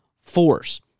force